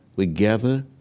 would gather